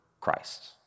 Christ